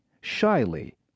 shyly